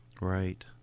Right